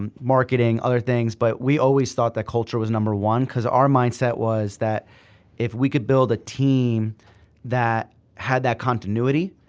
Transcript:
um marketing, other things, but we always thought that culture was number one. cause our mindset was that if we could build a team that had that continuity,